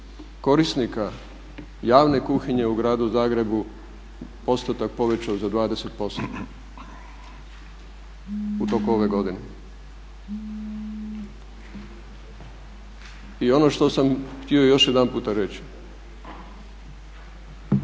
korisnika javne kuhinje u Gradu Zagrebu postotak povećao za 20% u toku ove godine. I ono što sam htio još jedanputa reći,